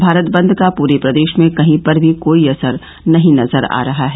भारत बंद का पूरे प्रदेश में कहीं पर भी कोई असर नहीं नजर आ रहा है